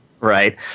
Right